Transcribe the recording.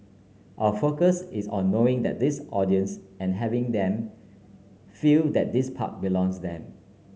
our focus is on knowing this audience and having them feel that this park belongs them